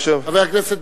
אחריו, חבר הכנסת